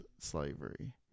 slavery